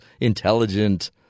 intelligent